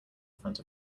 front